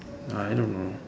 I don't know